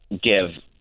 give